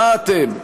מה אתם,